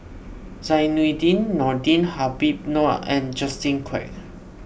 Zainudin Nordin Habib Noh and Justin Quek